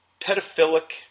pedophilic